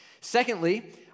Secondly